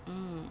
mm